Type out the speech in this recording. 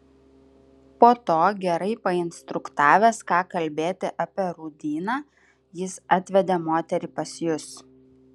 po to gerai painstruktavęs ką kalbėti apie rūdyną jis atvedė moterį pas jus